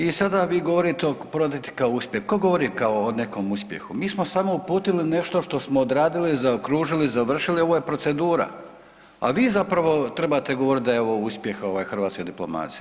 I sada vi govorite o … kao uspjeh, tko govori kao o nekom uspjehu, mi smo samo uputili nešto što smo odradili, zaokružili, završili ovo je procedura, a vi zapravo trebate govoriti da je ovo uspjeh hrvatske diplomacije.